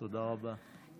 תודה רבה.